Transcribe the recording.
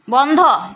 বন্ধ